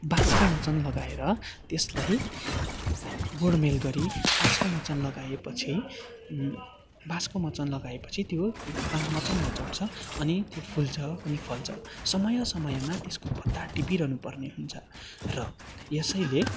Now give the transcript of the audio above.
बाँसको मचान लगाएर त्यसलाई गोडमेल गरी बाँसको मचान लगाएपछि बाँसको मचान लगाएपछि त्यो मचानमा चढछ अनि त्यो फुल्छ अनि फल्छ समय समयमा त्यसको पत्ता टिपिरहनु पर्ने हुन्छ र यसैले